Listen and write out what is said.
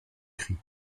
christ